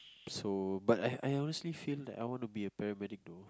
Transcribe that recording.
so but I I honestly feel that I want to be a paramedic though